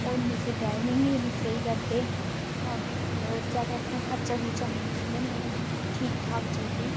उत्थां ओह् इन्नी स्हेई ड्राइविंग बी इन्नी स्हेई करदे मतलब ज्यादा खर्चा खुर्चा नी लैंदे नेईं इयां ठीक ठाक चलदी